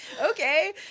okay